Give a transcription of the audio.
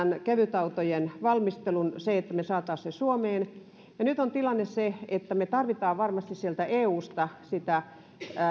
kevytautojen valmistelun sen että me saisimme ne suomeen ja nyt on tilanne se että me tarvitsemme varmasti sieltä eusta sitä